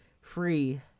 free